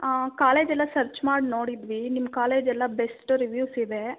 ಹಾಂ ಕಾಲೇಜ್ ಎಲ್ಲ ಸರ್ಚ್ ಮಾಡಿ ನೋಡಿದ್ವಿ ನಿಮ್ಮ ಕಾಲೇಜೆಲ್ಲ ಬೆಸ್ಟ್ ರಿವೀವ್ಸ್ ಇದೆ